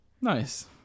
Nice